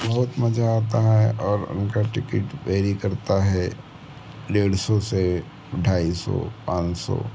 बहुत मज़ा आता है और उनका टिकिट वेरी करता है डेढ़ सौ से ढाई सौ पाँच सौ